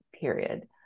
Period